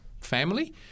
family